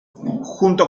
junto